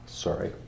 Sorry